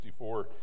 1964